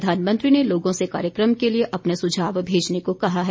प्रधानमंत्री ने लोगों से कार्यक्रम के लिए अपने सुझाव भेजने को कहा है